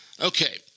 Okay